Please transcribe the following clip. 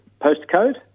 postcode